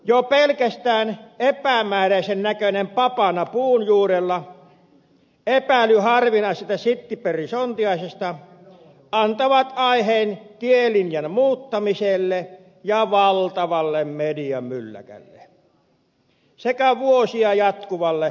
jo pelkästään epämääräisen näköinen papana puun juurella tai epäily harvinaisesta sittipörrisontiaisesta antaa aiheen tielinjan muuttamiselle ja valtavalle mediamylläkälle sekä vuosia jatkuvalle valituskierteelle